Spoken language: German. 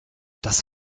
das